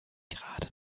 gerade